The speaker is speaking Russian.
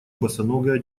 босоногая